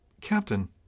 Captain